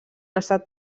estat